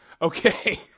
Okay